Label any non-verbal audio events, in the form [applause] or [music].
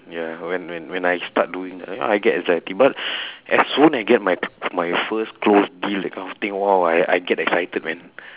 ya when when when I start doing you know I get anxiety but [breath] as soon I get my [noise] my first close deal that kind of thing !wow! I get excited man